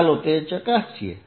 ચાલો તે ચકાસીએ